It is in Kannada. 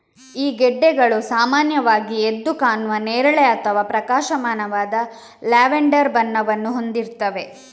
ಈ ಗೆಡ್ಡೆಗಳು ಸಾಮಾನ್ಯವಾಗಿ ಎದ್ದು ಕಾಣುವ ನೇರಳೆ ಅಥವಾ ಪ್ರಕಾಶಮಾನವಾದ ಲ್ಯಾವೆಂಡರ್ ಬಣ್ಣವನ್ನು ಹೊಂದಿರ್ತವೆ